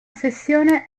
sessione